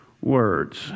words